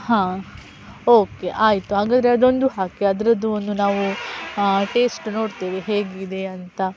ಹಾಂ ಓಕೆ ಆಯಿತು ಹಾಗಾದರೆ ಅದೊಂದು ಹಾಕಿ ಅದರದ್ದು ಒಂದು ನಾವು ಟೇಸ್ಟ್ ನೋಡ್ತೀವಿ ಹೇಗಿದೆ ಅಂತ